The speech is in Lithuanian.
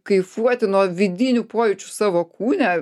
kaifuoti nuo vidinių pojūčių savo kūne